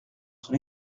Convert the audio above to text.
son